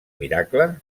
miracle